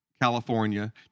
California